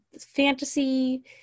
fantasy